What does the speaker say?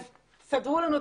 אז סדרו לנו,